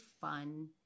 fun